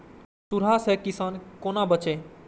सुंडा से किसान कोना बचे?